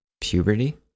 puberty